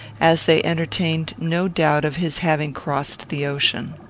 as they entertained no doubt of his having crossed the ocean.